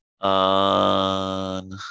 on